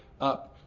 up